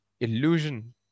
illusion